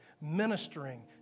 ministering